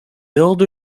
build